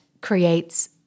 creates